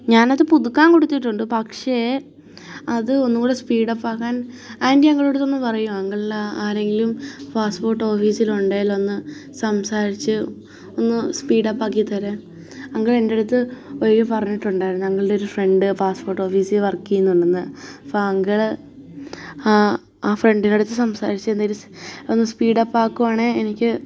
ഞാനത് പുതുക്കാൻ കൊടുത്തിട്ടുണ്ട് പക്ഷെ അത് ഒന്നുങ്കൂടെ സ്പീഡപ്പാക്കാൻ ആൻറ്റി അങ്കിളിന്റടുത്തൊന്ന് പറയുമോ അങ്കിളിന് ആരേലും പാസ്പ്പോട്ടോഫീസിലുണ്ടേലൊന്ന് സംസാരിച്ച് ഒന്ന് സ്പീഡപ്പാക്കിത്തരാൻ അങ്കിളെന്റെയടുത്ത് പറഞ്ഞിട്ടുണ്ടായിരുന്നു അങ്കിളിന്റെയൊരു ഫ്രണ്ട് പാസ്പ്പോട്ടോഫീസില് വർക്ക് ചെയ്യുന്നുണ്ടെന്ന് അപ്പോള് അങ്കിള് ആ ഫ്രെണ്ടിന്റടുത്ത് സംസാരിച്ചെന്തേലുവൊന്ന് സ്പീഡപ്പാക്കുവാണെങ്കില് എനിക്ക്